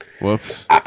Whoops